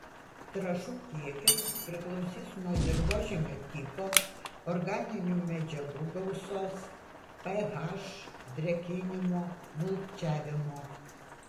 trąšų kiekis priklausys nuo dirvožemio tipo organinių medžiagų gausos ph drėkinimo mulčiavimo